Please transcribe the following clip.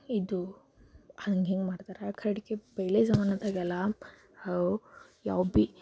ಇದು ಹಂಗೆ ಹಿಂಗೆ ಮಾಡ್ತಾರೆ ಕಡೆಗೆ ಬೆಳೆ ಜಮಾನದಾಗೆಲ್ಲ ಯಾವ್ದು ಭೀ